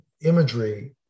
imagery